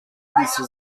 ließe